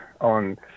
on